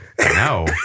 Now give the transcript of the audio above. no